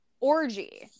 orgy